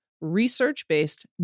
research-based